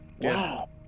Wow